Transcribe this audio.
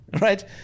right